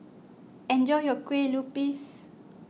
enjoy your Kue Lupis